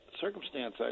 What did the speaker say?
circumstance